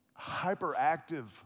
hyperactive